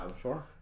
Sure